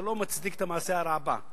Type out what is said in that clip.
זה לא מצדיק את המעשה הרע הבא.